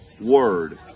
word